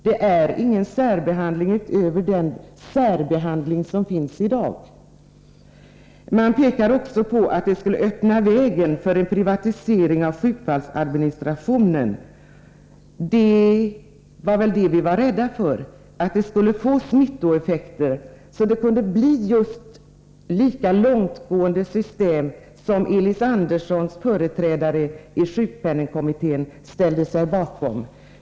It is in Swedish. Det är ingen särbehandling utöver den som finns redan i dag. Man pekar också på att det nya systemet skulle öppna vägen för en privatisering av sjukfallsadministrationen. — Vi var rädda för att det skulle kunna uppstå smittoeffekter, så att vi skulle få lika långtgående system som det som Elis Anderssons företrädare i sjukpenningkommittén ställt sig bakom.